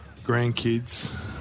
grandkids